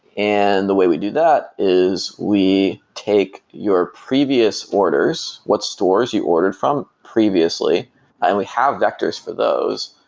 and the way we do that is we take your previous orders, what stores you ordered from previously and we have vectors for those.